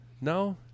no